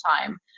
time